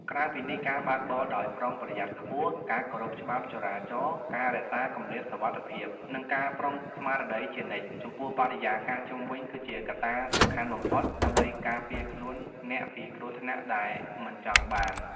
ក្រៅពីនេះ ការបើកបរដោយប្រុងប្រយ័ត្នខ្ពស់ ការគោរពច្បាប់ចរាចរណ៍ ការរក្សាគម្លាតសុវត្ថិភាព និងការប្រុងស្មារតីជានិច្ចចំពោះបរិយាកាសជុំវិញគឺជាកត្តាសំខាន់បំផុតដើម្បីការពារខ្លួនអ្នកពីគ្រោះថ្នាក់ដែលមិនចង់បាន។